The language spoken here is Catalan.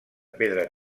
pedra